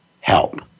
help